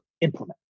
implement